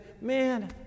man